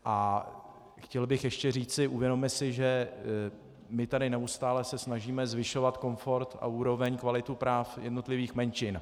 A chtěl bych ještě říci, uvědomme si, že my se tady neustále snažíme zvyšovat komfort a úroveň, kvalitu práv jednotlivých menšin.